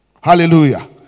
Hallelujah